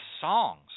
songs